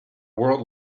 world